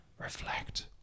reflect